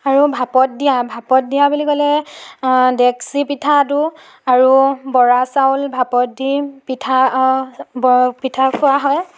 আৰু ভাপত দিয়া ভাপত দিয়া বুলি ক'লে ডেক্সি পিঠাটো আৰু বৰা চাউল ভাপত দি পিঠা পিঠা খোৱা হয়